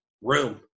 room